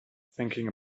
thinking